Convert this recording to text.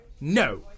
No